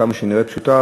כמה שהיא נראית פשוטה,